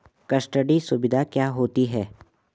Custody सुविधा क्या होती है?